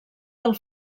del